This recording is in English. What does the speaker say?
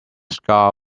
scar